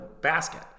basket